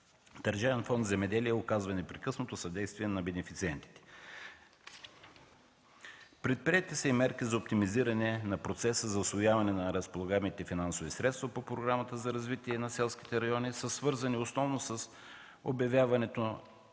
Държавен фонд „Земеделие” оказва непрекъснато съдействие на бенефициентите. Предприетите мерки за оптимизиране на процеса за усвояване на разполагаемите финансови средства по Програмата за развитие на селските райони са свързани основно с обявяването